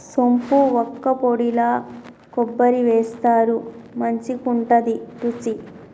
సోంపు వక్కపొడిల కొబ్బరి వేస్తారు మంచికుంటది రుచి